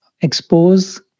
expose